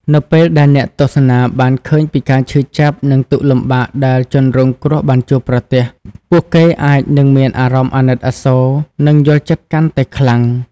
នៅពេលដែលអ្នកទស្សនាបានឃើញពីការឈឺចាប់ និងទុក្ខលំបាកដែលជនរងគ្រោះបានជួបប្រទះ ពួកគេអាចនឹងមានអារម្មណ៍អាណិតអាសូរ និងយល់ចិត្តកាន់តែខ្លាំង។